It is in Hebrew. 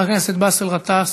חבר הכנסת באסל גטאס.